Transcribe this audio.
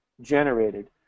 generated